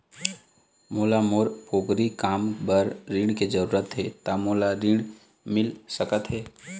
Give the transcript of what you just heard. मोला मोर पोगरी काम बर ऋण के जरूरत हे ता मोला ऋण मिल सकत हे?